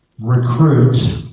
Recruit